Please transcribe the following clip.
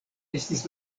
estis